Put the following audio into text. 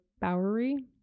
Bowery